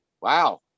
wow